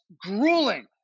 grueling